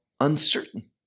uncertain